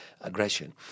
aggression